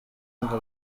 ngo